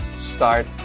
start